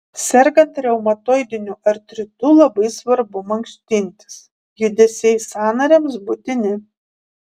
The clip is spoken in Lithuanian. sergant reumatoidiniu artritu labai svarbu mankštintis judesiai sąnariams būtini